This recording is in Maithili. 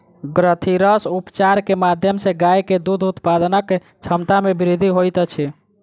ग्रंथिरस उपचार के माध्यम सॅ गाय के दूध उत्पादनक क्षमता में वृद्धि होइत अछि